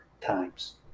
times